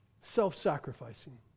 self-sacrificing